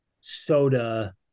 soda